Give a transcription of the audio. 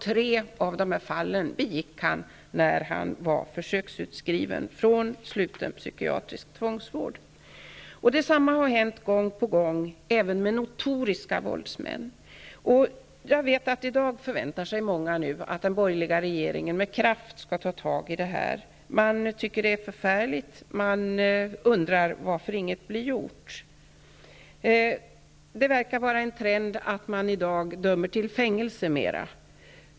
Tre av brotten begick han medan han var försöksutskriven från sluten psykiatrisk tvångsvård. Sådana här fall inträffar gång på gång, även när det gäller notoriska våldsmän. I dag förväntar sig många att den borgerliga regeringen med kraft skall ta tag i problemet. Man tycker att det är förfärligt och man undrar varför inget blir gjort. Det verkar vara en trend att man i dag dömer till fängelse i större utsträckning.